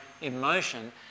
emotion